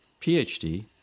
PhD